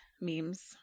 memes